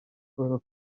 paul